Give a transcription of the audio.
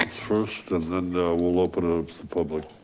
first, and then we'll open up public.